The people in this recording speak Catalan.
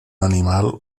animal